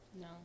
No